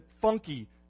funky